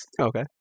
okay